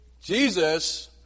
Jesus